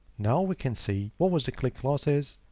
now we can see what was the click losses,